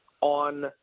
on